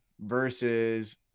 versus